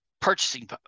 purchasing